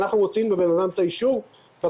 אנחנו מוציאים לבן אדם את האישור בקונסוליה,